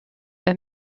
eux